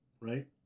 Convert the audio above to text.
right